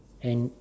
and